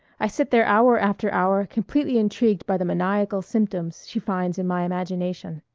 i sit there hour after hour, completely intrigued by the maniacal symptoms she finds in my imagination.